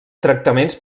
tractaments